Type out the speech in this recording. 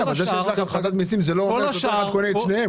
אבל --- אבל זה שיש החרגת מסים זה לא אומר שהוא קונה את שניהם,